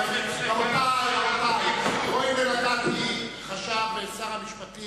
רבותי, הואיל ואישרתי